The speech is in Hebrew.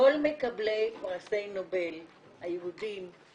מקבלי פרסי נובל היהודים,